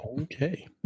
Okay